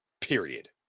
period